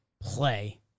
play